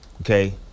Okay